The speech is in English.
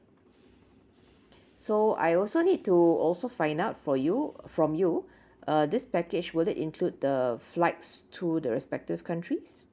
so I also need to also find out for you from you uh this package will it include the flights to the respective countries